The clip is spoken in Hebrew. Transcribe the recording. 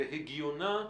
וההיגיון שלה,